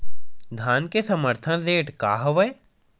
धान के समर्थन रेट का हवाय?